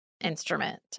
instrument